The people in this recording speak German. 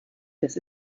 das